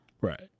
Right